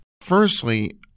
Firstly